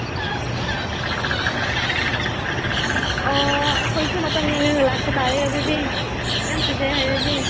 ꯑꯣ ꯑꯩꯈꯣꯏꯁꯨ ꯃꯇꯝ ꯌꯦꯡꯉꯒ ꯂꯥꯛꯄ ꯇꯥꯔꯦ ꯑꯗꯨꯗꯤ ꯌꯥꯝ ꯐꯖꯩ ꯍꯥꯏꯔꯗꯤ